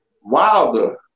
Wilder